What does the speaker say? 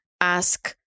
ask